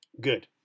good